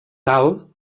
tal